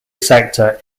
sector